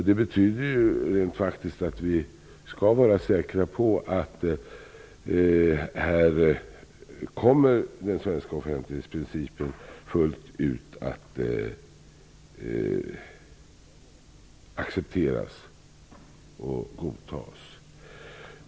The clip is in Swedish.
Det betyder rent faktiskt att vi skall vara säkra på att den svenska offentlighetsprincipen kommer att fullt ut accepteras och godtas.